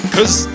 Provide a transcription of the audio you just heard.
Cause